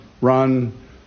run